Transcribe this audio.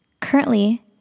Currently